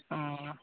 ᱚ